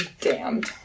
damned